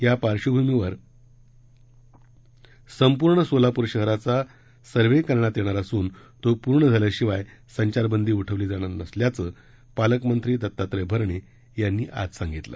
या पार्श्वभूमीवर संपूर्ण सोलापूर शहराचा सव्हे करण्यात येणार असून तो पूर्ण झाल्या शिवाय संचार बंदी उठवली जाणार नसल्याचं पालकमंत्री दत्तात्रय भरणे यांनी आज सांगितलं